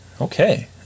okay